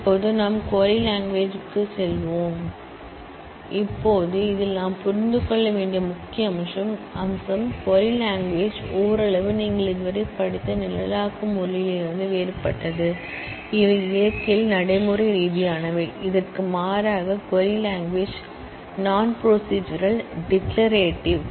இப்போது நாம் query language க்குச் செல்கிறோம் இப்போது இதில் நாம் புரிந்து கொள்ள வேண்டிய முக்கிய விஷயம் க்வரி லாங்குவேஜ் ஓரளவு நீங்கள் இதுவரை படித்த ப்ரோக்ராம்மிங் லாங்குவேஜ் ல் இருந்து வேறுபட்டது அவை இயற்கையில் ப்ரொசிஜுரல் இதற்கு மாறாக க்வரி லாங்குவேஜ் நான் ப்ரோசிஜுரல் டிக்ளரேட்டிவ்